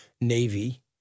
navy